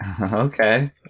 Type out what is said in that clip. Okay